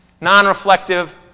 non-reflective